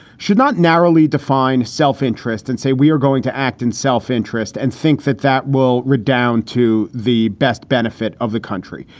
should not narrowly defined self-interest and say we are going to act in self-interest and think that that will redound to the best benefit of the country.